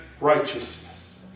righteousness